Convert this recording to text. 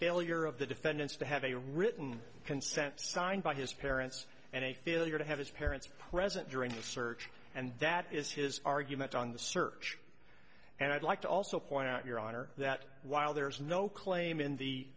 failure of the defendants to have a written consent signed by his parents and a failure to have his parents present during the search and that is his argument on the search and i'd like to also point out your honor that while there is no claim in the